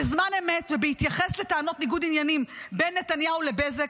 בזמן אמת ובהתייחס לטענות ניגוד עניינים בין נתניהו לבזק,